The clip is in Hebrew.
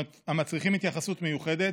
המצריכים התייחסות מיוחדת,